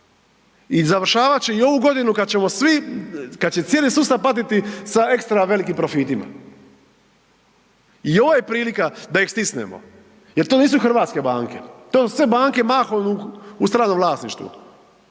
I završavat će i ovu godinu kad ćemo svi, kad će cijeli sustav patiti sa ekstra velikim profitima. I ovo je prilika da ih stisnemo jer to nisu hrvatske banke, to su sve banke mahom u stranom vlasništvu.